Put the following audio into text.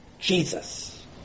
Jesus